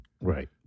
Right